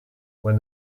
when